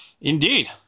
Indeed